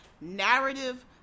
narrative